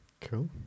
Cool